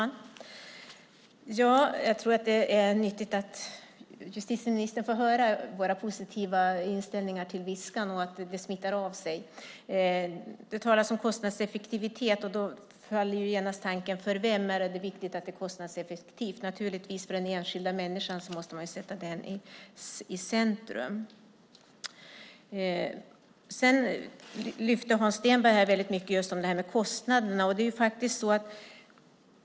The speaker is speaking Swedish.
Herr talman! Jag tror att det är nyttigt att justitieministern får höra vår positiva inställning till Viskan och att det smittar av sig. Det talas om kostnadseffektivitet, och då följer genast tanken: För vem är det viktigt att det är kostnadseffektivt? Det är naturligtvis för den enskilda människan, som man måste sätta i centrum. Hans Stenberg lyfte fram just kostnaderna väldigt mycket.